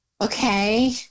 Okay